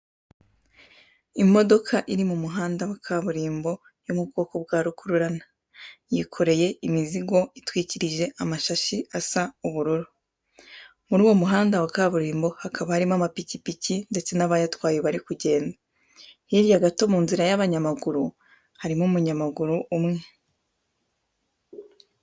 Imodoka iri mu muhanda wa kaburimbo yo mu bwoko bwa rukururana, yikoreye imizigo itwikirije amashashi asa ubururu. Muri uwo muhanda wa kaburimbo hakaba harimo amapikipiki ndetse n'abayatwaye bari kugenda. Hirya gato mu nzira y'abanyamaguru harimo umunyamaguru umwe.